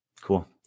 Cool